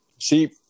See